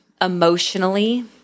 emotionally